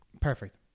Perfect